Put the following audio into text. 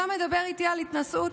אתה מדבר איתי על התנשאות?